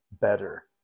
better